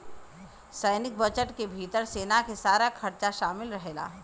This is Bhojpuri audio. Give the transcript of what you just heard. सैनिक बजट के भितर सेना के सारा खरचा शामिल रहेला